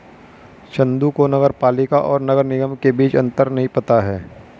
चंदू को नगर पालिका और नगर निगम के बीच अंतर नहीं पता है